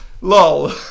LOL